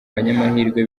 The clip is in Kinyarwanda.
banyamahirwe